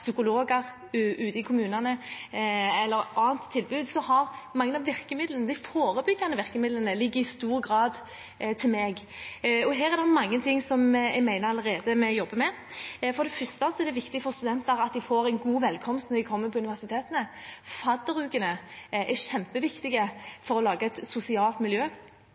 psykologer ute i kommunene, eller det gjelder andre tilbud, ligger mange av de forebyggende virkemidlene til meg. Her er det mange ting som jeg mener at vi allerede jobber med. For det første er det viktig for studenter at de får en god velkomst når de kommer til universitetene. Fadderukene er kjempeviktige for å lage et sosialt miljø,